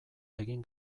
egin